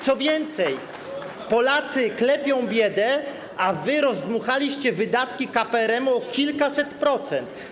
Co więcej, Polacy klepią biedę, a wy rozdmuchaliście wydatki KPRM-u o kilkaset procent.